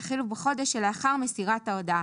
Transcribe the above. יחלו בחודש שלאחר מסירת ההודעה.